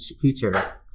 future